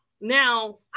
Now